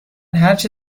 هرچه